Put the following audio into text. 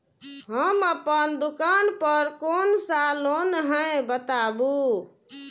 हम अपन दुकान पर कोन सा लोन हैं बताबू?